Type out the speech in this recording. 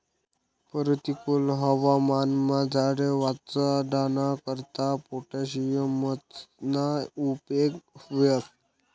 परतिकुल हवामानमा झाडे वाचाडाना करता पोटॅशियमना उपेग व्हस